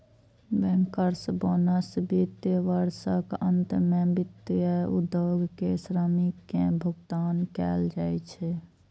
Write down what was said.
bankers bonus वित्त वर्षक अंत मे वित्तीय उद्योग के श्रमिक कें भुगतान कैल जाइ छै